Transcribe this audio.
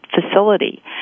facility